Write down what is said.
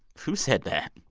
who said that?